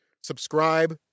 Subscribe